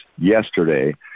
yesterday